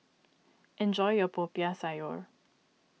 enjoy your Popiah Sayur